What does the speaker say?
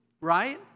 Right